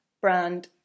brand